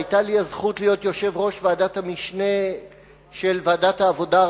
והיתה לי הזכות להיות יושב-ראש ועדת המשנה של ועדת העבודה,